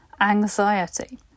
anxiety